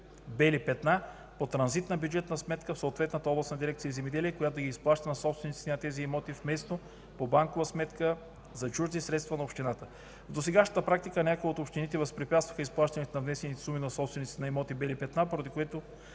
бели петна по транзитна бюджетна сметка в съответната областна дирекция „Земеделие”, която да ги изплаща на собствениците на тези имоти вместо по банкова сметка за чужди средства на общината. В досегашната практика някои от общините възпрепятстваха изплащането на внесени суми на собственици на имоти бели петна, поради което